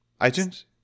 iTunes